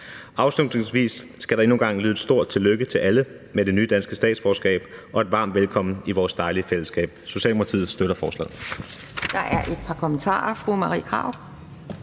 Afslutningsvis skal der endnu en gang lyde et stort tillykke til alle med det nye danske statsborgerskab og et varmt velkommen i vores dejlige fællesskab. Socialdemokratiet støtter forslaget.